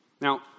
Now